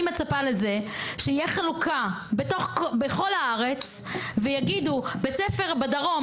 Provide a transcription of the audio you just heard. אני מצפה שתהיה חלוקה בכל הארץ ויגידו: בית ספר בדרום,